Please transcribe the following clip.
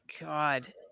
God